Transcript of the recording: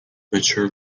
mature